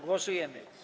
Głosujemy.